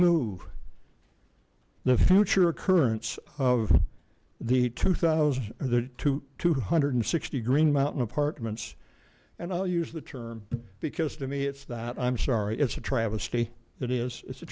e the future occurrence of the two thousand to two hundred sixty green mountain apartments and i'll use the term because to me it's that i'm sorry it's a travesty that is it's a